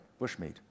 bushmeat